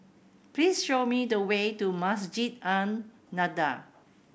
please show me the way to Masjid An Nahdhah